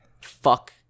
fuck